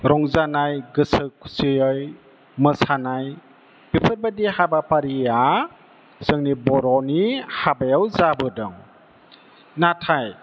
रंजानाय गोसो खुसियै मोसानाय बेफोरबायदि हाबाफारिया जोंनि बर'नि हाबायाव जाबोदों नाथाय